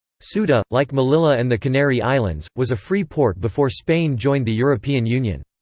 ceuta, like melilla and the canary islands, was a free port before spain joined the european union.